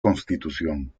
constitución